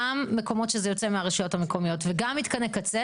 גם מקומות שזה יוצא מהרשויות המקומיות וגם מתקני קצה